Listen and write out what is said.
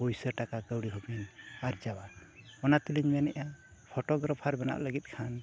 ᱯᱩᱭᱥᱟᱹᱼᱴᱟᱠᱟ ᱠᱟᱹᱣᱰᱤ ᱦᱚᱸᱵᱤᱱ ᱟᱨᱡᱟᱣᱟ ᱚᱱᱟ ᱛᱮᱞᱤᱧ ᱢᱮᱱᱮᱫᱼᱟ ᱵᱮᱱᱟᱜ ᱞᱟᱹᱜᱤᱫ ᱠᱷᱟᱱ